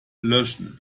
löschen